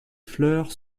fleurs